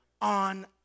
on